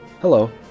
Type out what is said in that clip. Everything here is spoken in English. Hello